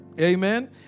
amen